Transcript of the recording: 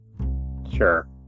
Sure